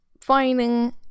finding